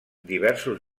diversos